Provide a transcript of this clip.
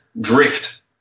drift